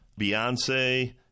Beyonce